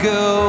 go